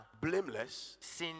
blameless